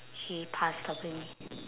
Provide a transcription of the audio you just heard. she passed away